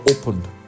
opened